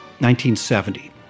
1970